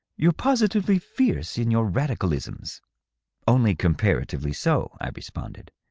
you're positively fierce in your radicalisms only comparatively so, i responded.